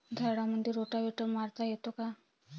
झाडामंदी रोटावेटर मारता येतो काय?